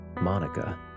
Monica